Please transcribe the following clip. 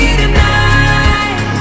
tonight